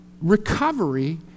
recovery